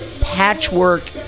patchwork